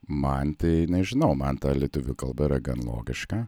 man tai nežinau man ta lietuvių kalba yra gan logiška